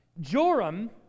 Joram